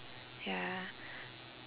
ya